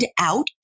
out